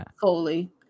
fully